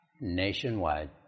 nationwide